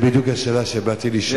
זה בדיוק השאלה שבאתי לשאול.